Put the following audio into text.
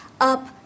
up